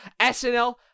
SNL